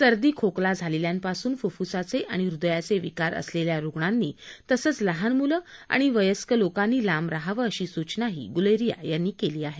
सर्दी खोकला झालेल्यांपासून फुफुसाचे आणि हृदयाचे विकार असलेल्या रुग्णांनी तसंच लहान मुलं आणि वयस्कर लोकांनी लांब रहावं अशी सूचनाही गुलेरिया यांनी केली आहे